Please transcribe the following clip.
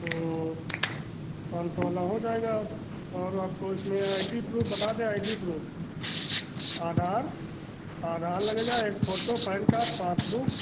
तो पाँच सौ वाला हो जाएगा और आपको इसमें आई डी प्रूफ़ बता दें I D proof Aadhaar Aadhaar लगेगा एक फ़ोटो पैन कार्ड पासबुक